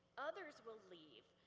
others will leave.